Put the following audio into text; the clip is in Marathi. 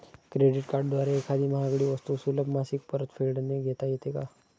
क्रेडिट कार्डद्वारे एखादी महागडी वस्तू सुलभ मासिक परतफेडने घेता येते का?